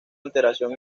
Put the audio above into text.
alteración